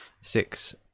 six